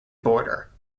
border